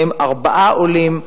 מהם ארבעה עולים.